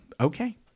okay